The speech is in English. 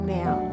now